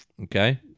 Okay